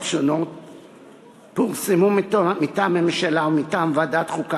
שונות פורסמו מטעם הממשלה ומטעם ועדת החוקה,